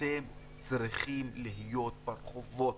אתם צריכים להיות ברחובות.